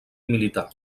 militar